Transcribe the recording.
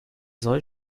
soll